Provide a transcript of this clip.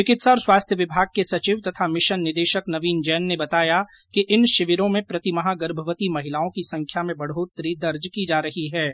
चिकित्सा और स्वास्थ्य विमाग के सचिव तथा मिशन निदेशक नवीन जैन ने बताया कि इन शिविरों में प्रतिमाह गर्भवती महिलाओं की संख्या में बढ़ोतरी दर्ज की जा रही है